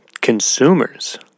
consumers